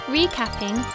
Recapping